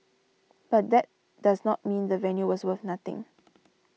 but that does not mean the venue was worth nothing